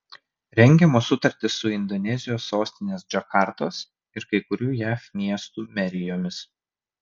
rengiamos sutartys su indonezijos sostinės džakartos ir kai kurių jav miestų merijomis